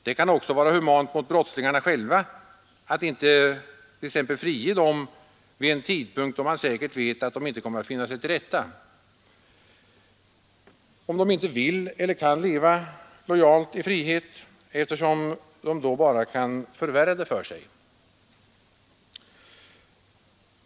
Det kan också vara humant mot brottslingarna själva att inte frige dem vid en tidpunkt, då man säkert vet att de inte kommer att finna sig till rätta, att de inte vill eller kan leva lojalt i frihet, eftersom de då bara kan förvärra det för sig.